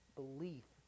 belief